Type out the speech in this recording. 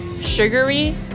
sugary